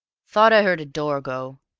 thought i heard a door go,